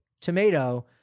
tomato